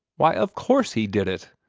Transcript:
why, of course he did it!